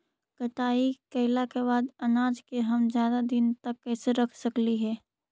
कटाई कैला के बाद अनाज के हम ज्यादा दिन तक कैसे रख सकली हे?